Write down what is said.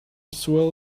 swell